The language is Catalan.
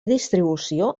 distribució